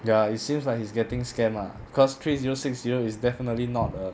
ya it seems like he's getting scammed ah cause three zero six zero is definitely not a